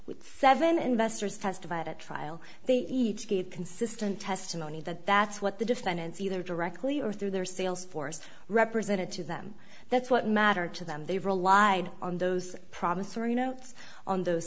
with seven investors testified at trial they each gave consistent testimony that that's what the defendants either directly or through their sales force represented to them that's what mattered to them they relied on those promissory notes on those